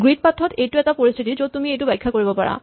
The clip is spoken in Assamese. গ্ৰীড পাথ ত এইটো এটা পৰিস্হিতি য'ত তুমি এইটো ব্যাখ্যা কৰিব পাৰা